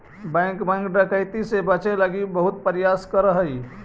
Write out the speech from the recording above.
bank bank डकैती से बचे लगी बहुत प्रयास करऽ हइ